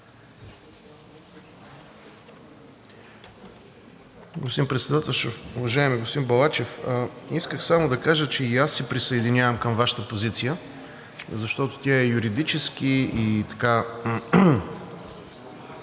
Господин Председател! Уважаеми господин Балачев, исках само да кажа, че и аз се присъединявам към Вашата позиция, защото тя е юридически и човешки